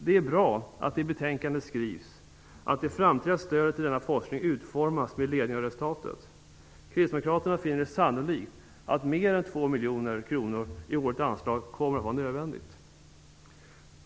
Det är bra att det i betänkandet skrivs att "det framtida stödet till denna forskning utformas med ledning av resultatet". Kristdemokraterna finner det sannolikt att mer än 2 miljoner kronor i årligt anslag kommer att vara nödvändigt.